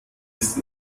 ist